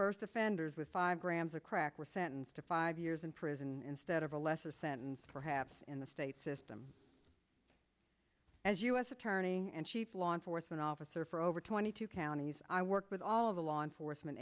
first offenders with five grams of crack were sentenced to five years in prison instead of a lesser sentence perhaps in the state system as u s attorney and chief law enforcement officer for over twenty two counties i work with all of the law enforcement